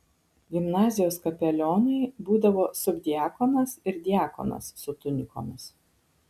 gimnazijos kapelionai būdavo subdiakonas ir diakonas su tunikomis